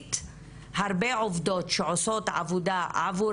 הכללית הרבה עובדות שעושות עבודה עבור